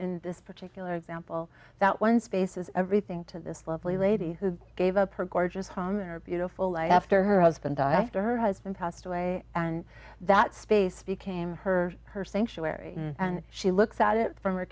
in this particular example that one space is everything to this lovely lady who gave up her gorgeous home and her beautiful life after her husband died after her husband passed away and that space became her her sanctuary and she looks at it from her